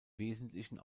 wesentlichen